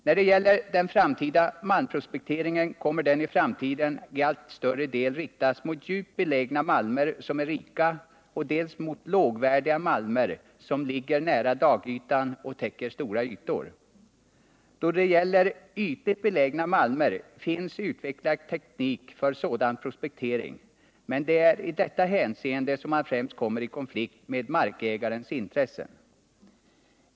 Nr 48 Den framtida malmprospekteringen kommer att i allt större del riktas mot djupt belägna malmer som är rika och mot lågvärdiga malmer som ligger nära dagytan och täcker stora ytor. Då det gäller ytligt belägna malmer finns en utvecklad teknik för prospekteringen, men det är främst i detta hänseende Prospekteringen som man kommer i konflikt med markägarens intressen.